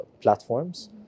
platforms